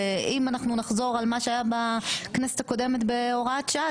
ואם אנחנו נחזור על מה שהיה מה בכנסת הקודמת בהוראת שעה,